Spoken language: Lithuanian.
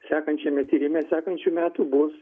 sekančiame tyrime sekančių metų bus